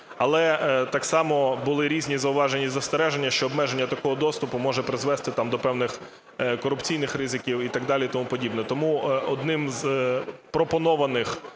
Але так само були різні зауваження і застереження, що обмеження такого доступу може призвести там до певних корупційних ризиків і так далі,